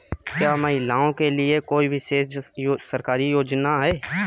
क्या महिलाओं के लिए कोई विशेष सरकारी योजना है?